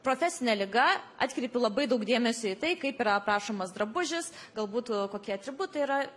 profesinė liga atkreipiu labai daug dėmesį į tai kaip yra aprašomas drabužis galbūt kokie atributai yra